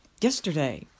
yesterday